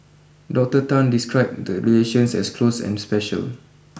Doctor Tan described the relations as close and special